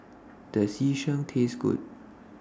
Does Yu Sheng Taste Good